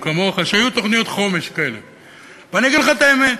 כשאני ראיתי 2009 2014,